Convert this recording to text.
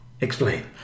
Explain